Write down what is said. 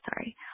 Sorry